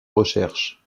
recherche